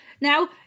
Now